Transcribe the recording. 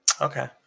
okay